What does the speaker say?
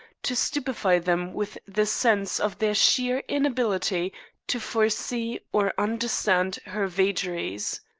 to stupefy them with the sense of their sheer inability to foresee or understand her vagaries.